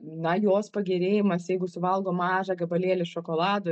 na jos pagerėjimas jeigu suvalgom mažą gabalėlį šokolado